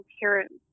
parents